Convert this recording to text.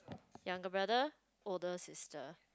younger brother older sister